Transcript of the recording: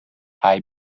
thai